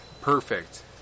perfect